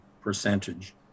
percentage